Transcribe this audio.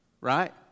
Right